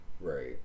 Right